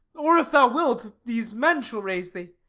or, if thou wilt, these men shall raise thee.